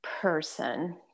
person